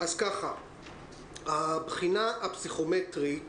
הבחינה הפסיכומטרית